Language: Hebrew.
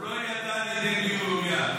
הוא לא ידע על ידי מי הוא מאוים.